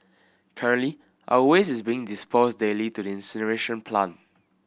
currently our waste is being disposed daily to the incineration plant